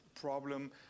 problem